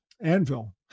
Anvil